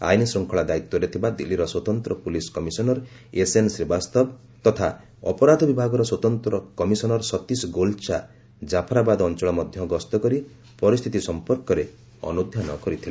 ଆଇନଶୃଙ୍ଖଳା ଦାୟିତ୍ୱରେ ଥିବା ଦିଲ୍ଲୀର ସ୍ୱତନ୍ତ ପୁଲିସ୍ କମିଶନର ଏସ୍ଏନ୍ ଶ୍ରୀବାସ୍ତବ ତଥା ଅପରାଧ ବିଭାଗର ସ୍ୱତନ୍ତ କମିଶନର ସତୀଶ ଗୋଲ୍ଚା ଜାଫରାବାଦ ଅଞ୍ଚଳ ମଧ୍ୟ ଗସ୍ତ କରି ପରିସ୍ଥିତି ସଂପର୍କରେ ଅନୁଧ୍ୟାନ କରିଥିଲେ